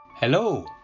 Hello